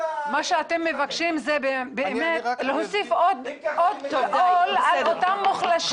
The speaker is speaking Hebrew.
מה שאתם מבקשים זה להוסיף עוד עול על אותם מוחלשים.